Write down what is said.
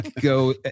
go